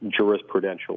jurisprudential